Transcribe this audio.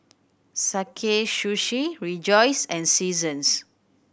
Sakae Sushi Rejoice and Seasons